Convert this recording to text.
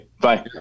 Bye